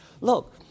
Look